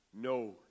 No